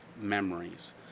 memories